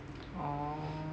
oh